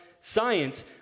science